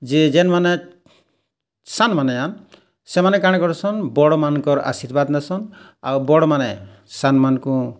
ଯେ ଜେନ୍ ମାନେ ସାନ୍ ମାନେ ଆଁ ସେମାନେ କାଣା କରସନ୍ ବଡ଼୍ ମାନଙ୍କର୍ ଆଶୀର୍ବାଦ୍ ନେସନ୍ ଆଉ ବଡ଼୍ ମାନେ ସାନ୍ ମାନକୁ